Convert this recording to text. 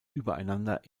übereinander